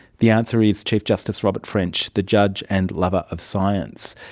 the answer is chief justice robert french, the judge and lover of science.